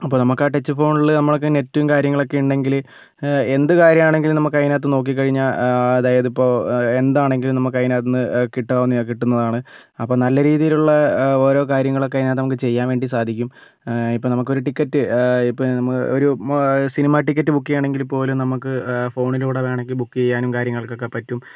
അപ്പം നമുക്കാ ടച്ച് ഫോണിൽ നമ്മൾക്ക് നെറ്റും കാര്യങ്ങളൊക്കെയുണ്ടെങ്കിൽ എന്ത് കാര്യമാണെങ്കിലും നമുക്കതിനത്ത് നോക്കി കഴിഞ്ഞാൽ അതായതിപ്പോൾ എന്താണെങ്കിലും നമുക്കതിനകത്തു നിന്ന് കിട്ടാവുന്നതാണ് കിട്ടുന്നതാണ് അപ്പോൾ നല്ല രീതിയിലുള്ള ഓരോ കാര്യങ്ങളൊക്കെ അതിനകത്ത് നമുക്ക് ചെയ്യാൻ വേണ്ടി സാധിക്കും ഇപ്പോൾ നമുക്കൊരു ടിക്കറ്റ് ഇപ്പോൾ നമുക്ക് ഒരു സിനിമ ടിക്കറ്റ് ബുക്ക് ചെയ്യണമെങ്കിൽ പോലും നമുക്ക് ഫോണിലൂടെ വേണമെങ്കിൽ ബുക്ക് ചെയ്യാനും കാര്യങ്ങൾക്കൊക്കെ പറ്റും